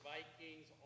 Vikings